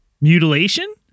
mutilation